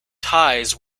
ties